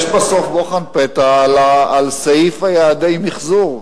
יש בסוף בוחן פתע על סעיף יעדי המיחזור.